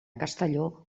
castelló